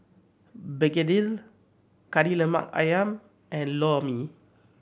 begedil Kari Lemak Ayam and Lor Mee